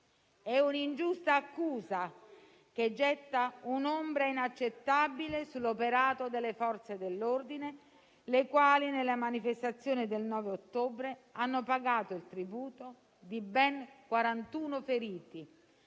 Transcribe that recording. È un'ingiusta accusa, che getta un'ombra inaccettabile sull'operato delle Forze dell'ordine, le quali nelle manifestazioni del 9 ottobre hanno pagato il tributo di ben 41 feriti,